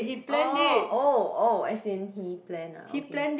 oh oh oh as in he plan lah okay